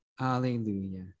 alleluia